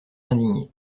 indignée